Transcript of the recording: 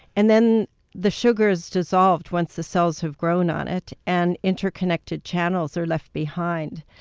and then the sugar is dissolved once the cells have grown on it, and interconnected channels are left behind.